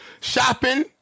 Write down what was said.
shopping